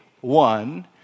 one